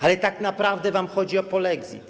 Ale tak naprawdę wam chodzi o polexit.